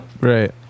right